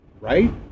right